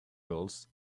gulls